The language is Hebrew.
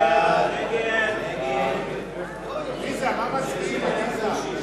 ההצעה להסיר מסדר-היום את הצעת